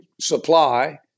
supply